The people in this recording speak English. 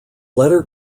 letter